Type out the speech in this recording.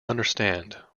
understand